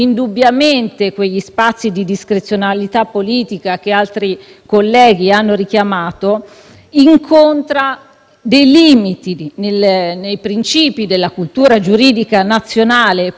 incontra dei limiti nei principi della cultura giuridica nazionale, posta sia dall'ordinamento interno che dalle norme delle convenzioni internazionali.